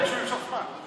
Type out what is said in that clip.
ביקשו למשוך זמן.